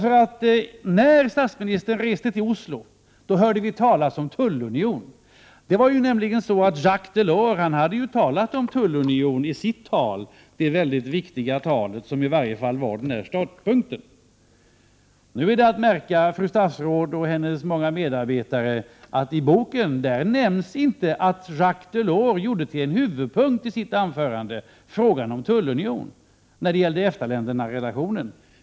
När statsministern reste till Oslo hörde vi talas om tullunion. Jacques Delors hade ju talat om tullunion i sitt mycket viktiga tal, som i varje fall var startpunkten. Nu är att märka, fru statsråd och hennes många medarbetare, att i vitboken nämns inte att Jacques Delors i sitt anförande gjorde frågan om en tullunion till en huvudpunkt när det gällde relationen till EFTA-länderna.